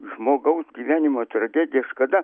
žmogaus gyvenimo tragedijas kada